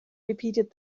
repeated